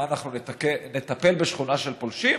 מה, אנחנו נטפל בשכונה של פולשים?